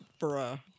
bruh